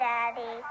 Daddy